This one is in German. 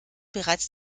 bereits